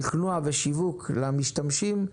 שכנוע ושיווק למשתמשים.